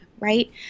right